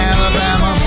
Alabama